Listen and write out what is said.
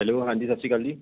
hello ਹਾਂਜੀ ਸਤਿ ਸ਼੍ਰੀ ਅਕਾਲ ਜੀ